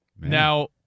Now